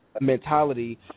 mentality